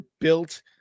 built